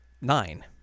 nine